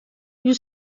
you